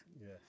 yes